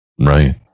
Right